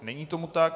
Není tomu tak.